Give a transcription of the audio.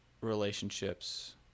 relationships